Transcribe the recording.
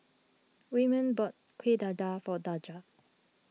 Wyman bought Kuih Dadar for Daja